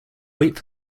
wait